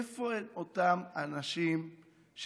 איפה הם אותם אנשים שצועקים